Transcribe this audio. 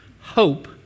hope